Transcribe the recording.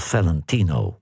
Valentino